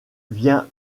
vient